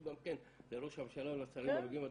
גם כן לראש הממשלה ולשרים הנוגעים.